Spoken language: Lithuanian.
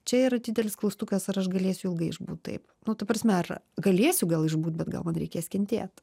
čia yra didelis klaustukas ar aš galėsiu ilgai išbūt taip nu ta prasme ar galėsiu gal išbūt bet gal man reikės kentėt